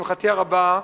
לשמחתי הרבה,